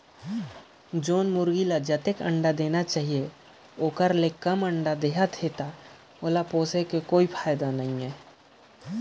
जेन कुकरी हर जेतना अंडा देना चाही ओखर ले थोरहें देहत हे त अइसन कुकरी के पोसे में कोनो फायदा नई हे